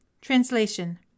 Translation